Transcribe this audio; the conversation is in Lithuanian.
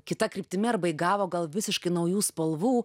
kita kryptimi arba įgavo gal visiškai naujų spalvų